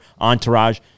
entourage